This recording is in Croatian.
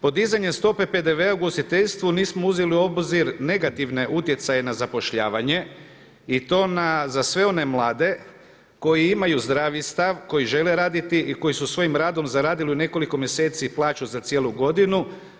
Podizanjem stope PDV-a u ugostiteljstvu nismo uzeli u obzir negativne utjecaje na zapošljavanje i to na za sve one mlade koji imaju zdravi stav, koji žele raditi i koji su svojim radom zaradili u nekoliko mjeseci plaću za cijelu godinu.